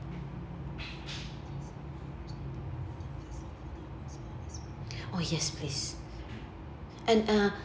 oh yes please and uh